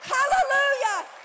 Hallelujah